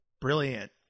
brilliant